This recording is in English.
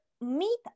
meet